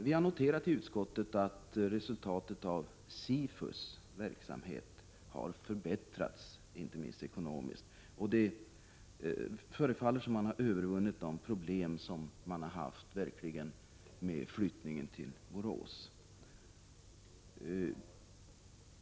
Vi har i utskottet noterat att resultatet av SIFU:s verksamhet har förbättrats, inte minst ekonomiskt. Det förefaller som om man hade övervunnit de problem man verkligen haft med flyttningen till Borås.